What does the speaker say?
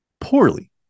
poorly